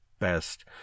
best